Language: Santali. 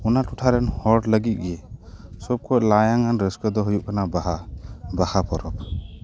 ᱚᱱᱟ ᱴᱚᱴᱷᱟ ᱨᱮᱱ ᱦᱚᱲ ᱠᱚ ᱞᱟᱹᱜᱤᱫ ᱜᱮ ᱥᱚᱵ ᱠᱷᱚᱱ ᱞᱟᱭᱚᱝ ᱟᱱ ᱨᱟᱹᱥᱠᱟᱹ ᱫᱚ ᱦᱩᱭᱩᱜ ᱠᱟᱱᱟ ᱵᱟᱦᱟ ᱵᱟᱦᱟ ᱯᱚᱨᱚᱵ